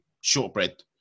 shortbread